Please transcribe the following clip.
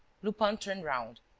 lupin turned round,